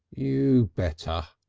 you better,